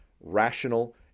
rational